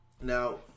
Now